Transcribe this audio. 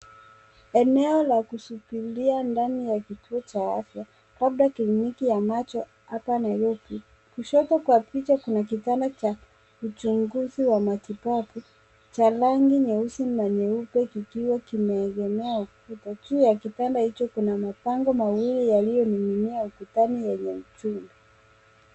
Eneo la kusubiria ndani ya kituo cha afya, labda kliniki ya macho hapa Nairobi. Kushoto kwa picha kuna kitanda cha uchunguzi wa matibabu cha rangi nyeusi na nyeupe kikiwa kimeegemea ukuta. Juu ya kitanda hicho kuna mabango mawili yaliyoning'inia ukutani yenye ujuu.